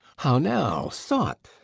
how now, sot!